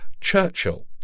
Churchill